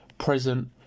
present